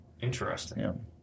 interesting